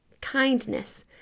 kindness